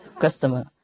customer